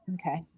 Okay